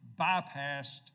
bypassed